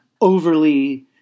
overly